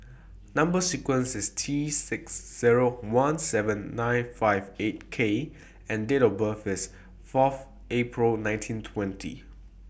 Number sequence IS T six Zero one seven nine five eight K and Date of birth IS Fourth April nineteen twenty